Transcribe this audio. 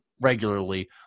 regularly